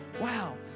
wow